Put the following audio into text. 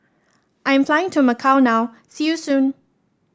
I am flying to Macau now see you soon